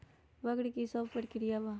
वक्र कि शव प्रकिया वा?